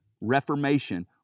reformation